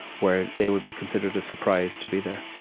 where they will be considered a surprise to be there